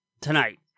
Tonight